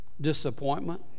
disappointment